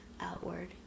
outward